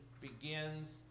begins